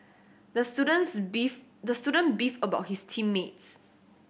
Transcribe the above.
the student's beef the student beefed about his team mates